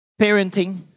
parenting